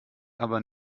aber